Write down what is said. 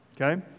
okay